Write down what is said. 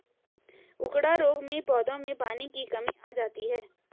उकडा रोग में पौधों में पानी की कमी आ जाती है